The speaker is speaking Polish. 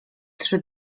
trzy